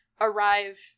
arrive